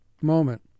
moment